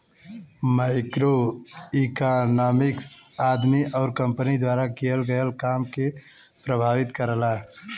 macroeconomics आदमी आउर company द्वारा किहल गयल काम के प्रभावित करला